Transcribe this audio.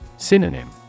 Synonym